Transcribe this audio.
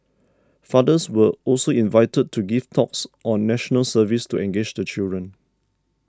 fathers were also invited to give talks on National Service to engage the children